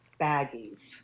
baggies